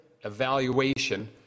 evaluation